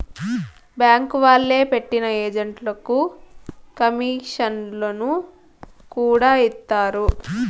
bank వాళ్లే పెట్టిన ఏజెంట్లకు కమీషన్లను కూడా ఇత్తారు